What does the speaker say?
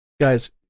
Guys